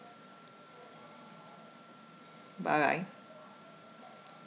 bye